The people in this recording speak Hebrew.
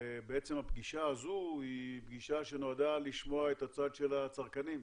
הפגישה הזו היא פגישה שנועדה לשמוע את הצד של הצרכנים,